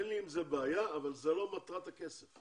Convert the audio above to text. אין לי עם זה בעיה אבל זאת לא מטרת הכסף.